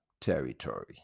territory